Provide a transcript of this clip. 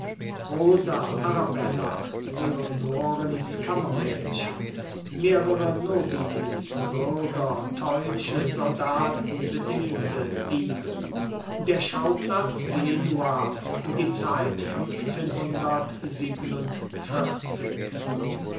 rosa arabella leonorens kammermädchen mehrere nobili bürger teutsche soldaten bediente diebe der schauplatz genua die zeit